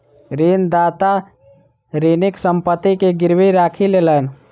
ऋणदाता ऋणीक संपत्ति के गीरवी राखी लेलैन